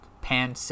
Pan